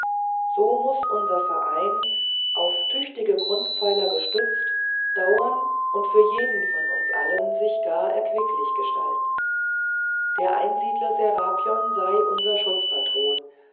so muß unser verein auf tüchtige grundpfeiler gestützt dauern und für jeden von uns allen sich gar erquicklich gestalten der einsiedler serapion sei unser schutzpatron